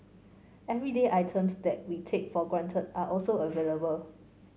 everyday items that we take for granted are also available